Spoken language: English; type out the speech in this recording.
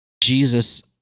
Jesus